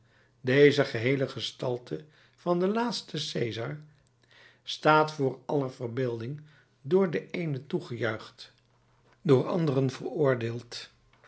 deze geheele gestalte van den laatsten cesar staat voor aller verbeelding door de eenen toegejuicht door anderen veroordeeld